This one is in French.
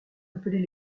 appelés